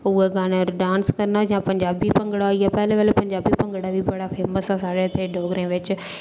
ते उ'ऐ गाने पर डांस करना जां पाना भांगड़ा पैह्लें पैह्लें पंजाबी भांगड़ा हा फेमस इत्थै डोगरें बिच